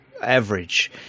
average